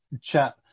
chat